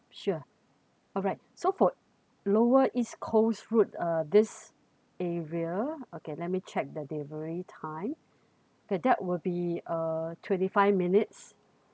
sure alright so for lower east coast route uh this area okay let me check the delivery time the that will be uh twenty five minutes